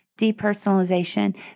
depersonalization